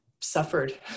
suffered